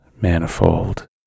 manifold